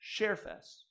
ShareFest